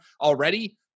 already